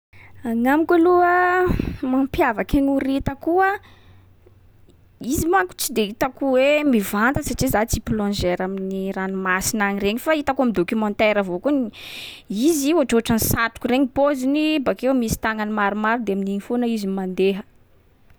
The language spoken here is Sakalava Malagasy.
Agnamiko aloha a, mampiavaky ny horita koa, izy manko tsy de hitako hoe mivanta satria za tsy plongeur amin’ny ranomasina any regny, fa hitako am'documentaire avao koa n- izy ohatraohatran’ny satroka regny paoziny. Bakeo misy tagnany maromaro de amin’iny foana izy no mandeha.